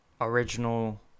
original